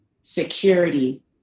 security